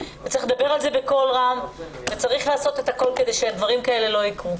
וצריך לדבר על זה בקול רם וצריך לעשות את הכול כדי שדברים כאלה לא יקרו.